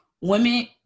women